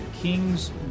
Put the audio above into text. Kings